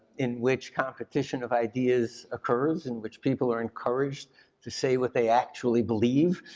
in which competition of ideas occurs, in which people are encouraged to say what they actually believe.